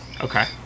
Okay